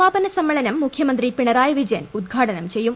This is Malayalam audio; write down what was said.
സമാപന സമ്മേളനം മുഖ്യമന്ത്രി പിണറായി വിജയൻ ഉദ്ഘാടനം ചെയ്യും